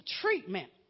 treatment